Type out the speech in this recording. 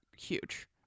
huge